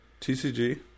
TCG